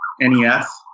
NES